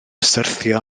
syrthio